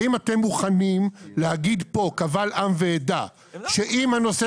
האם אתם מוכנים להגיד כאן קבל עם ועדה שאם הנושא